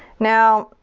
now,